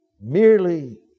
merely